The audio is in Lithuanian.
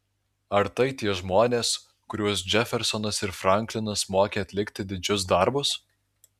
ar tai tie žmonės kuriuos džefersonas ir franklinas mokė atlikti didžius darbus